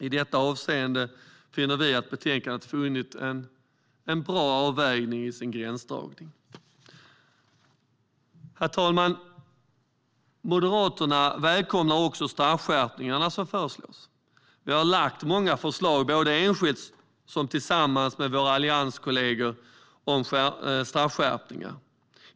I detta avseende finner vi att det är en bra avvägning i betänkandets gränsdragning. Herr talman! Moderaterna välkomnar också de straffskärpningar som föreslås. Vi har lagt fram många förslag om straffskärpningar, både enskilt och tillsammans med våra allianskollegor.